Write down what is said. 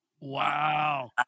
Wow